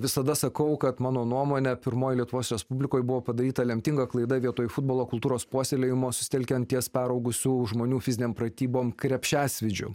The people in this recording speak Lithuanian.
visada sakau kad mano nuomone pirmoje lietuvos respublikoje buvo padaryta lemtinga klaida vietoj futbolo kultūros puoselėjimo susitelkiant ties peraugusių žmonių fiziniam pratyboms krepšiasvydžiu